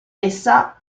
essa